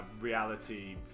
reality